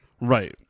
Right